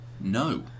No